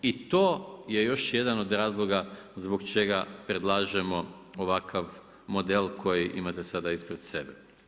I to je još jedan od razloga zbog čega predlažemo ovakav model koji imate sada ispred sebe.